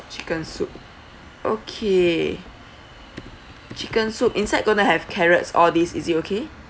chicken soup okay chicken soup inside going to have carrots all these is it okay